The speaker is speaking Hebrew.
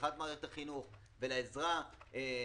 פתיחת מערכת החינוך ולעזרה ולכלכלה,